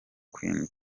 queen